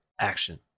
action